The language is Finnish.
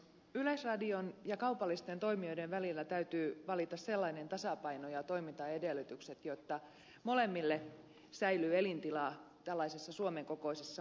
yleisradion ja kaupallisten toimijoiden välillä täytyy vallita sellainen tasapaino ja toimintaedellytykset että molemmille säilyy elintilaa tällaisessa suomen kokoisessa maassa